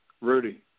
Rudy